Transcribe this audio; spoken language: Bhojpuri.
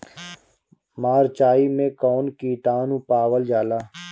मारचाई मे कौन किटानु पावल जाला?